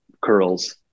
curls